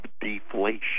deflation